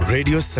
Radio